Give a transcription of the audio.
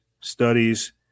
studies